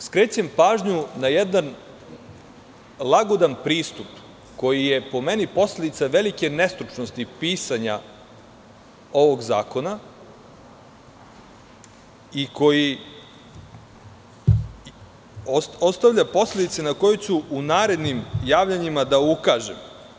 Ali, skrećem pažnju na jedan lagodan pristup koji je, po meni, posledica velike nestručnosti pisanja ovog zakona i koji ostavlja posledice na koje ću u narednim javljanjima da ukažem.